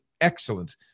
excellent